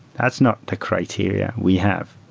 that's not the criteria we have.